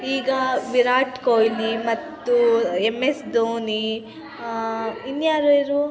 ಈಗ ವಿರಾಟ್ ಕೊಹ್ಲಿ ಮತ್ತು M S Dhoni ಇನ್ನು ಯಾರು ಯಾರು